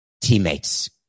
teammates